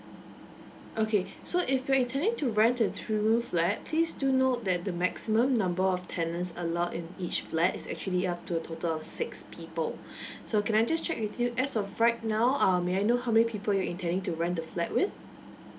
okay so if you're intending to rent a three room flat please do note that the maximum number of tenants allowed in each flat is actually up to a total of six people so can I just check with you as of right now uh may I know how many people you're intending to rent the flat with